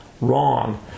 wrong